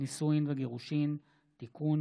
(נישואין וגירושין) (תיקון,